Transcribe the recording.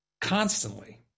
constantly